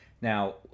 Now